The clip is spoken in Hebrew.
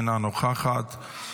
אינה נוכחת,